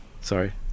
sorry